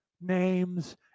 names